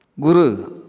Guru